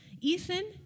Ethan